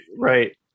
Right